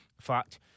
fact